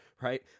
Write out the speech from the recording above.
right